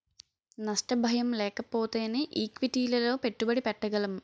నష్ట భయం లేకపోతేనే ఈక్విటీలలో పెట్టుబడి పెట్టగలం